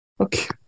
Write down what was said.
Okay